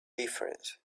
difference